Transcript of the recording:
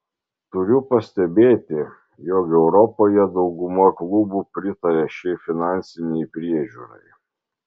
turiu pastebėti jog europoje dauguma klubų pritaria šiai finansinei priežiūrai